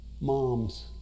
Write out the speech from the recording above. Moms